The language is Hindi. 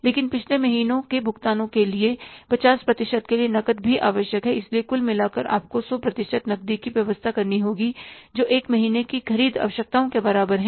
लेकिन पिछले महीनों के भुगतानों के 50 प्रतिशत के लिए नकद भी आवश्यक है इसलिए कुल मिलाकर आपको 100 प्रतिशत नकदी की व्यवस्था करनी होगी जो 1 महीने की ख़रीद आवश्यकताओं के बराबर है